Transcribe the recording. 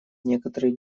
некоторые